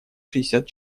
шестьдесят